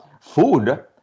food